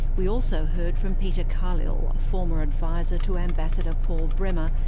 we also heard from peter khalil, a former advisor to ambassador paul bremer,